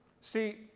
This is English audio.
See